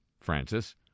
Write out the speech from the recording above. Francis